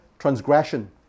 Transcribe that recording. Transgression